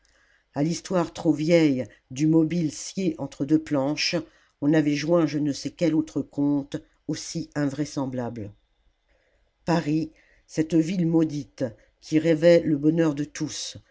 à l'histoire trop vieille du mobile scié entre deux planches on avait joint je ne sais quel autre conte aussi invraisemblable paris cette ville maudite qui rêvait le bonheur de tous